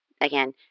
Again